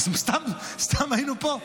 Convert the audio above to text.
סתם היינו פה?